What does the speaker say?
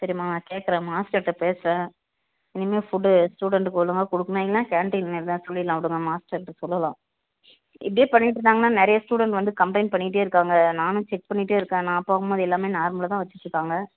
சரிமா நான் கேட்குறன் மாஸ்டர்ட்ட பேசுறேன் இனிமே ஃபுட்டு ஸ்டூடண்டுக்கு ஒழுங்கா கொடுக்குனும் இல்லைனா கேன்டீன் வேணான்னு சொல்லிடுலாம் விடுங்க மாஸ்டர்ட்ட சொல்லலாம் இப்டே பண்ணிகிட்டு இருந்தாங்கன்னா நிறையா ஸ்டூடண்ட் வந்து கம்பிளைன்ட் பண்ணிட்டேருக்காங்க நானும் செக் பண்ணிட்டேருக்கேன் நான் போகும்போது எல்லாமே நார்மலாக தான் வச்சிட்டுருக்காங்க